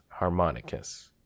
harmonicus